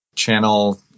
channel